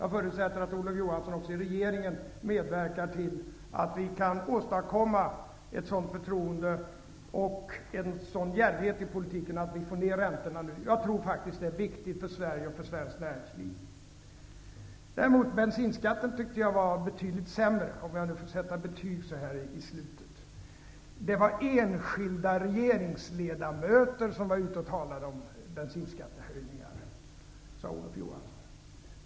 Jag förutsätter att Olof Johansson också i regeringen medverkar till att vi kan åstadkomma ett sådant förtroende och en sådan jämnhet i politiken att vi får ned räntorna. Jag tror faktiskt att det är viktigt för Sverige och för svenskt näringsliv. Däremot tycker jag att bensinskatten var betydligt sämre, om jag får sätta betyg så här i slutet av året. Det var enskilda regeringsledamöter som var ute och talade om bensinskattehöjningar, sade Olof Johansson.